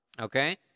Okay